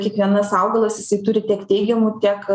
kiekvienas augalas jisai turi tiek teigiamų tiek